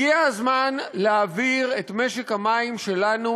הגיע הזמן להעביר את משק המים שלנו